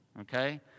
okay